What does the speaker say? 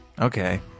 Okay